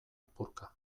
apurka